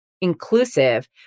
inclusive